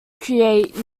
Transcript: create